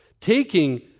taking